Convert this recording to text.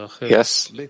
Yes